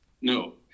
No